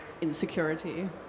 insecurity